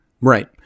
Right